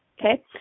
okay